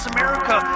America